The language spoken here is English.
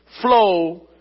flow